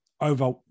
over